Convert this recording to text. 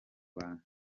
bantu